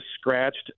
scratched